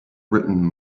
written